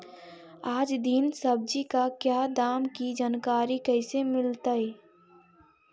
आज दीन सब्जी का क्या दाम की जानकारी कैसे मीलतय?